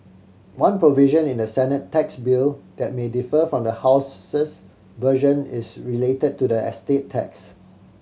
one provision in the Senate tax bill that may differ from the House's version is related to the estate tax